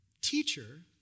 Teacher